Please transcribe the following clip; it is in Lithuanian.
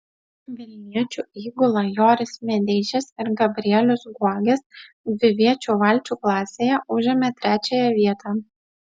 vilniečių įgula joris medeišis ir gabrielius guogis dviviečių valčių klasėje užėmė trečiąją vietą